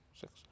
Six